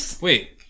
Wait